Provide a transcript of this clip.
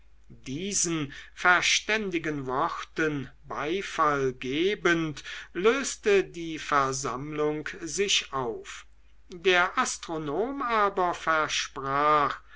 diesen verständigen worten beifall gebend löste die versammlung sich auf der astronom aber versprach